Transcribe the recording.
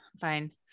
fine